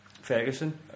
Ferguson